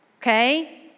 okay